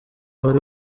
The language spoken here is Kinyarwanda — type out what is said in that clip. wari